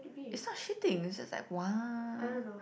it's not shitting is just like !wah!